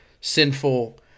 sinful